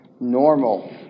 normal